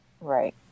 right